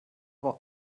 war